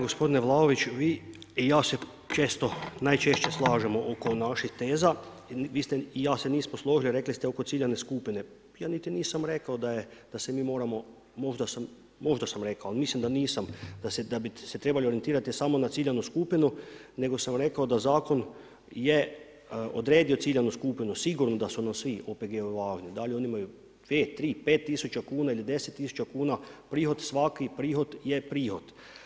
Gospodine Vlaović, vi i ja se često, najčešće slažemo oko naših teza, vi i ja se nismo složili rekli ste oko ciljane skupine, ja niti nisam rekao da se mi moramo, možda sam rekao, ali mislim da nisam, da bi se trebali orijentirati samo na ciljanu skupinu nego sam rekao da zakon je odredio ciljanu skupinu, sigurno da su nam svi OPG-ovi važni, da li oni imaju 2, 3, 5 000 kuna ili 10 000 kuna prihod, svaki prihod je prihod.